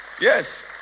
yes